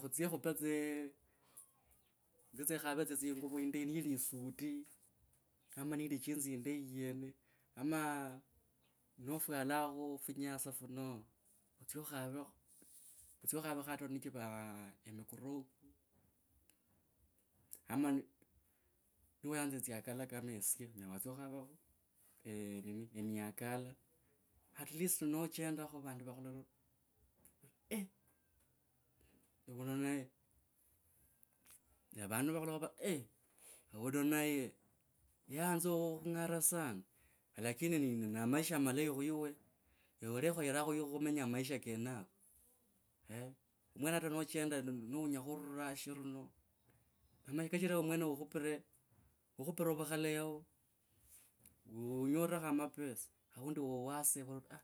khetsye khuee tse eei, nzye tisa ekhave inguvo indayi nili e suit am a jeans indayi yeno ama notwalakho finyasa otsie okhavekho otsye okhaveko hata nichivaa emicrok, ama niwayanza tsiakala kama esye onyele watsia okhovekho eeh. Nini, eeh, ne uno naye, ne vandu ni vakhulola vari eeh, uno naye yayanza khungare sana. Lakini ni na maisha malayi khu iwe, ewe olekhoera khumenya a maisha konako eeh, mwene hata nochenda nounyakho rurashi runo kachira ewe mwene ukhupire, ukhupire vukhala yao, unyorekho amapesa aundi waseva aah.